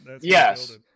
yes